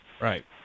right